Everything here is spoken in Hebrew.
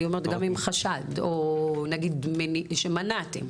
אני מתכוונת גם עם חשד או כאלה שמנעתם.